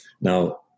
Now